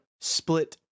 split